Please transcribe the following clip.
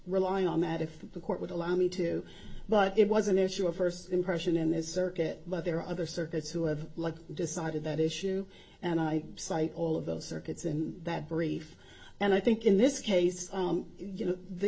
rely on that if the court would allow me to but it was an issue of first impression in this circuit but there are other circuits who have like decided that issue and i cite all of those circuits and that brief and i think in this case you know the